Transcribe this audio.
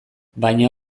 baina